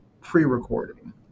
pre-recording